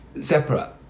Separate